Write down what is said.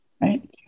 Right